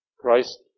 Christ